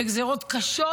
וגזרות קשות